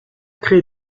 crée